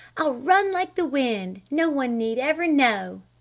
i'll run like the wind! no one need ever know!